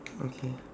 okay